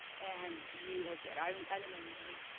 and you have said i don't i don't know your name,